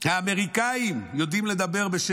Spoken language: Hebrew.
האמריקאים יודעים לדבר בשם